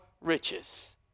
riches